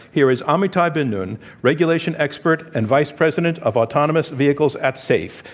here is amitai bin-nun, regulation expert and vice president of autonomous vehicles at safe.